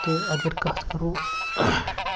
تہٕ اگر کَتھ کَرو